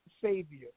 Savior